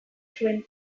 zuen